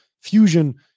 fusion